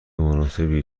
مناسبی